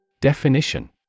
Definition